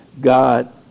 God